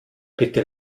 bitte